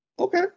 Okay